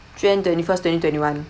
jan~ twenty-first twenty twenty-one